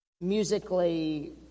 musically